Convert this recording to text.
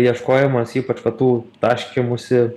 ieškojimas ypač va tų taškymųsi